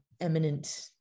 eminent